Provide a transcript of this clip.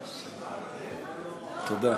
תודה.